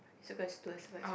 circle as two I circle as one